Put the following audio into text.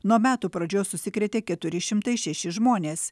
nuo metų pradžios užsikrėtė keturi šimtai šeši žmonės